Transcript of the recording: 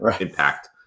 impact